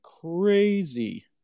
crazy